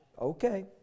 Okay